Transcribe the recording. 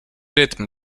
rytm